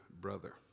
brother